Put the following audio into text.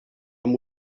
amb